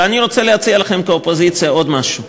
ואני רוצה להציע לכם כאופוזיציה עוד משהו: